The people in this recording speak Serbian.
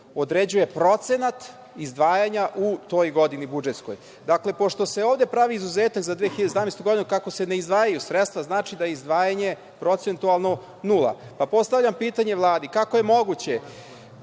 određuje procenat izdvajanja u toj budžetskoj godini. Dakle, pošto se ovde pravi izuzetak za 2017. godinu kako se ne izdvajaju sredstva, znači da izdvajanje procentualno je nula, pa postavljam pitanje Vladi – kako je moguće